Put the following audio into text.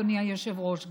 אדוני היושב-ראש,